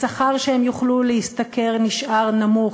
השכר שהם יוכלו להשתכר נשאר נמוך,